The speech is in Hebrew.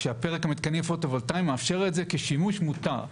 כשהפרק על מתקנים פוטו-וולטאים מאפשר את זה כשימוש מותר.